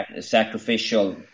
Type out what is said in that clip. sacrificial